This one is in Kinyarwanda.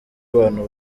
abantu